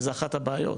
וזו אחת הבעיות.